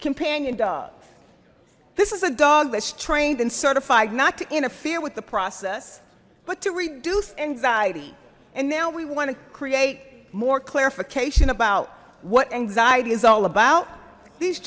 companion dogs this is a dog that's trained and certified not to interfere with the process but to reduce anxiety and now we want to create more clarification about what anxiety is all about these